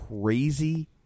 crazy